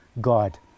God